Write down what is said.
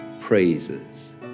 praises